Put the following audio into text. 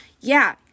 Yeah